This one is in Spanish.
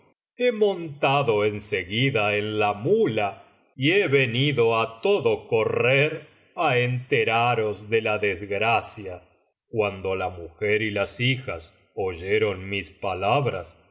he montado en seguida en la rnula y he venido á todo correr á enteraros de la desgracia cuando la mujer y las hijas oyeron mis palabras